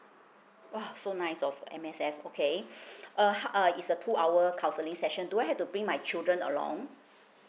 !wah! so nice of M_S_F okay uh uh it's a two hour counselling session do I have to bring my children along